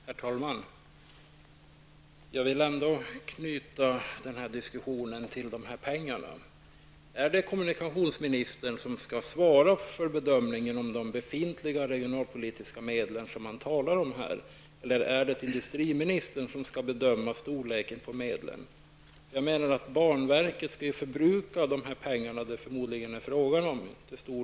Herr talman! Jag vill knyta den här diskussionen till pengarna. Är det kommunikationsministern som skall svara för bedömningen av de befintliga regionalpolitiska medlen som man talar om här eller är det industriministern som skall bedöma storleken på medlen? Banverket skall till stor del förbruka de pengar som det är fråga om.